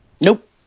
Nope